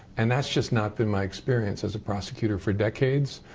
and that's just not been my experience as a prosecutor for decades.